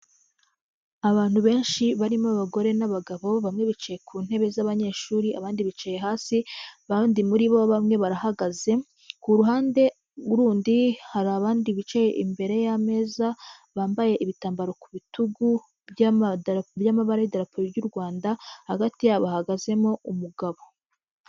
Abantu benshi barimo abagore n'abagabo, bamwe bicaye ku ntebe z'abanyeshuri, abandi bicaye hasi, abandi muri bo bamwe barahagaze, ku ruhande rundi hari abandi bicaye imbere y'ameza, bambaye ibitambaro ku bitugu, by'amabara y'idarapo ry'u Rwanda, hagati yabo hahagazemo umugabo.